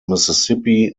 mississippi